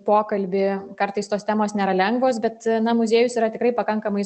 pokalbį kartais tos temos nėra lengvos bet na muziejus yra tikrai pakankamai